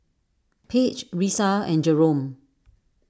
Page Risa and Jerome